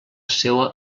seua